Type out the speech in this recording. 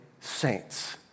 saints